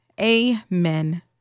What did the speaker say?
Amen